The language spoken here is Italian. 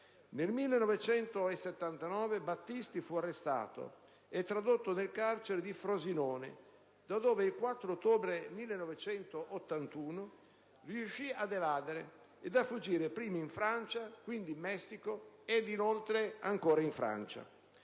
Nel 1979 Battisti fu arrestato e tradotto nel carcere di Frosinone, da dove il 4 ottobre 1981 riuscì ad evadere e a fuggire, prima in Francia, quindi in Messico, poi nuovamente in Francia.